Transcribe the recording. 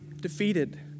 defeated